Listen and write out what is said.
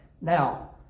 now